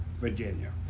Virginia